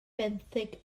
benthyg